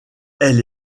elle